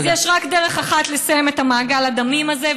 אז יש רק דרך אחת לסיים את מעגל הדמים הזה,